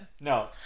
No